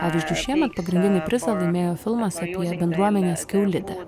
pavyzdžiui šiemet pagrindinį prizą laimėjo filmas apie bendruomenės kiaulidę